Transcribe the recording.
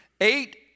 Eight